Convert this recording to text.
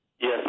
Yes